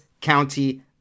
County